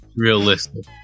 Realistic